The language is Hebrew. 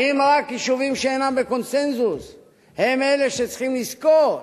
האם רק יישובים שאינם בקונסנזוס הם אלה שצריכים לזכות